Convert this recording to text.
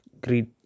greed